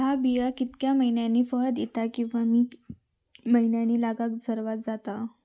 हया बिया कितक्या मैन्यानी फळ दिता कीवा की मैन्यानी लागाक सर्वात जाता?